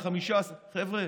חבר'ה,